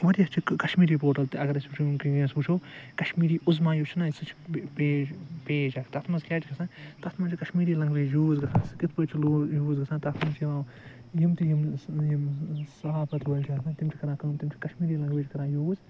واریاہ چھِ کشمیٖری پورٹل تہ اگر أسۍ وچھو ونکیٚنَس وچھو کَشمیٖری عُظما یُس چھُ نہ یہ چھ پیج پیج اکھ تتھ مَنٛز کیاہ چھ گَژھان تتھ مَنٛز چھ کَشمیٖری لَنٛگویج یوٗز گَژھان سُہ کِتھ پٲٹھۍ چھِ یوٗز گَژھان تتھ مَنٛز چھِ یِوان یِم تہِ یِم سہاوت وٲلۍ چھِ آسان تِم چھِ کران کٲم تِم چھِ کشمیٖری لنگویج کران یوٗز